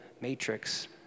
matrix